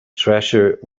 treasure